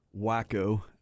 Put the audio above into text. Wacko